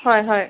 হয় হয়